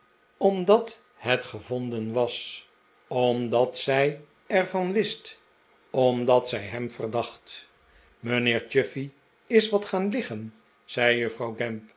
omdat het gevonden was omdat zij er van wist omdat zij hem verdacht mijnheer chuffey is wat gaan liggen zei juffrouw